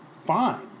fine